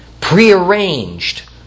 prearranged